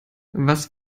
was